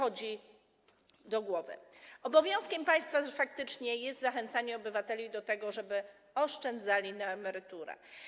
Obowiązkiem państwa faktycznie jest zachęcanie obywateli do tego, żeby oszczędzali na emeryturę.